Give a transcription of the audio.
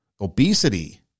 obesity